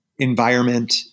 environment